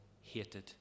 hated